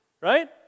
right